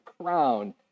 crown